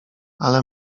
ale